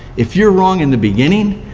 if you're wrong in the beginning,